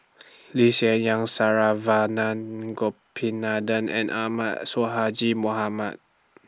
Lee Hsien Yang Saravanan Gopinathan and Ahmad Sonhadji Mohamad